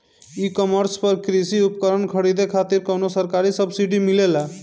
ई कॉमर्स पर कृषी उपकरण खरीदे खातिर कउनो सरकारी सब्सीडी मिलेला?